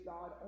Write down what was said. God